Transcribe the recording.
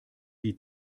die